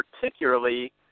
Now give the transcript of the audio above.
Particularly